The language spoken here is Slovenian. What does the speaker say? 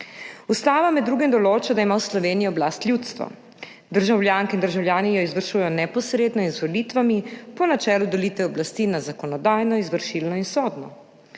Ustava med drugim določa, da ima v Sloveniji oblast ljudstvo. Državljanke in državljani jo izvršujejo neposredno in z volitvami po načelu delitve oblasti na zakonodajno, izvršilno in sodno.